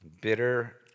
bitter